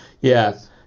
yes